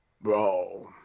Bro